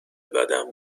بدم